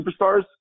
superstars